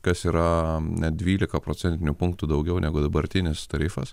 kas yra net dvylika procentinių punktų daugiau negu dabartinis tarifas